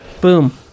boom